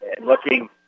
Looking